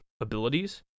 abilities